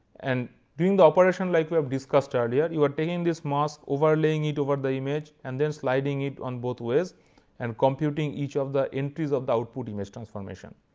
and doing the operation like we have discussed earlier, you are taking this mask overlaying it over the image and then sliding it on both ways and computing each of the entries of the output image transformation.